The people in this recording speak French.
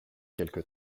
quelque